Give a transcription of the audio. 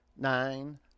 Nine